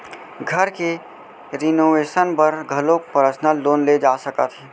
घर के रिनोवेसन बर घलोक परसनल लोन ले जा सकत हे